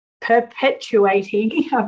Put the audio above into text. perpetuating